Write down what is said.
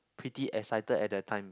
pretty excited at the time